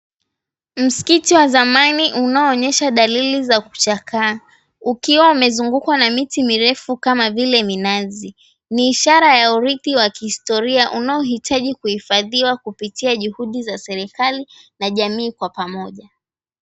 Msikiti wa zamani unaoonyesha dalili za kuchakaa, ukiwa umezungukwa na miti mirefu kama vile minazi ni ishara ya uridhi wa kihistoria unaohitaji kuhifadhiwa kupitia juhudi za serikali na jamii kwa pamoja.